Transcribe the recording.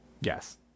Yes